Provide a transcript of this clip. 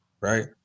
right